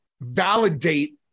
validate